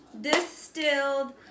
distilled